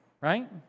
right